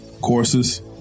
courses